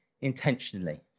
intentionally